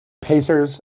Pacers